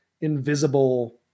invisible